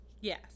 yes